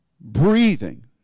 breathing